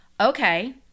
Okay